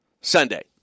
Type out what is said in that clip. Sunday